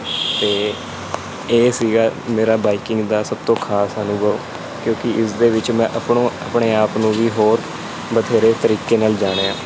ਅਤੇ ਇਹ ਸੀਗਾ ਮੇਰਾ ਬਾਈਕਿੰਗ ਦਾ ਸਭ ਤੋਂ ਖ਼ਾਸ ਅਨੁਭਵ ਕਿਉਂਕਿ ਇਸ ਦੇ ਵਿੱਚ ਮੈਂ ਆਪਣੋ ਆਪਣੇ ਆਪ ਨੂੰ ਵੀ ਹੋਰ ਬਥੇਰੇ ਤਰੀਕੇ ਨਾਲ ਜਾਣਿਆ